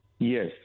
yes